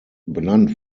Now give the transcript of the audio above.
benannt